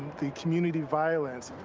the community violence,